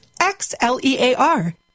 X-L-E-A-R